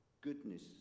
goodness